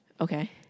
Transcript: Okay